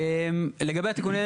לגבי תיקונים,